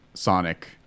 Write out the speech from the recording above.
Sonic